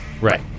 Right